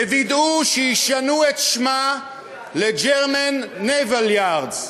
ווידאו שישנו את שמה ל-German Naval Yards.